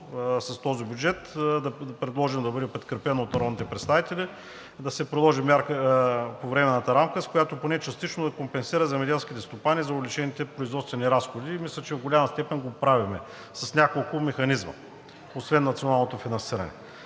с този бюджет да предложим да бъде подкрепено от народните представители по Временната рамка, с която поне частично да се компенсират земеделските стопани за увеличените производствени разходи. Мисля, че в голяма степен го правим с няколко механизма, освен националното финансиране.